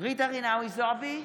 ג'ידא רינאוי זועבי,